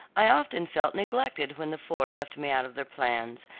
i often felt neglected when the four left me out of their plans,